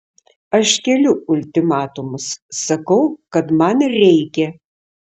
aš keliu ultimatumus sakau kad man reikia